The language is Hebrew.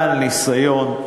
בעל ניסיון.